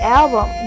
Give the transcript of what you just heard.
album